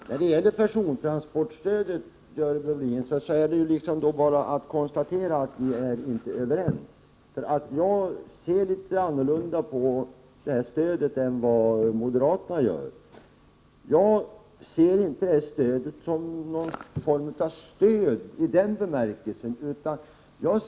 Herr talman! När det gäller persontransportstödet, Görel Bohlin, är det bara att konstatera att vi inte är överens. Jag ser litet annorlunda på stödet än vad moderaterna gör. Jag uppfattar inte stödet som någon form av stöd i den bemärkelsen som 165 moderaterna gör.